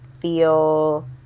feel